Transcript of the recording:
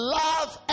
love